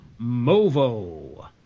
Movo